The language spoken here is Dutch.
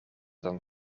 dan